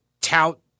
tout